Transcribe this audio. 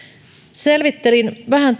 selvittelin vähän